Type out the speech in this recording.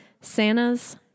Santa's